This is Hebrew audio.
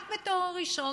רק בתואר ראשון.